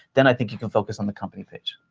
then i think you can focus on the company page.